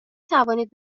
توانید